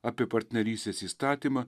apie partnerystės įstatymą